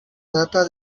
data